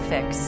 Fix